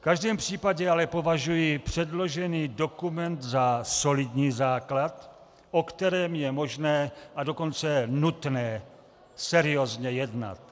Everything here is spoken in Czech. V každém případě ale považuji předložený dokument za solidní základ, o kterém je možné, a dokonce nutné seriózně jednat.